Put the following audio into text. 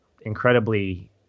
incredibly